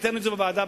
ביטאנו את זה בוועדה,